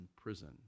prison